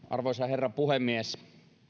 arvoisa herra puhemies